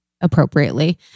appropriately